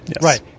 Right